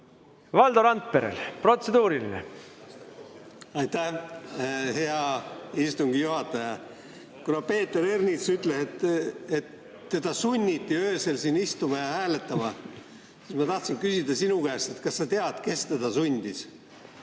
kas sa tead, kes teda sundis. Aitäh, hea istungi juhataja! Kuna Peeter Ernits ütles, et teda sunniti öösel siin istuma ja hääletama, siis ma tahtsin küsida sinu käest, et kas sa tead, kes teda sundis.